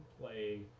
play